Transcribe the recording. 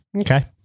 okay